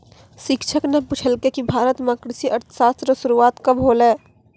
शिक्षक न पूछलकै कि भारत म कृषि अर्थशास्त्र रो शुरूआत कब होलौ